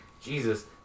Jesus